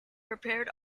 prepared